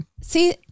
See